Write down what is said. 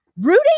Rudy